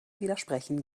widersprechen